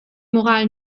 moral